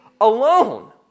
alone